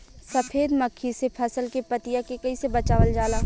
सफेद मक्खी से फसल के पतिया के कइसे बचावल जाला?